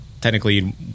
technically